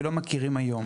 ולא מכירים אותו היום.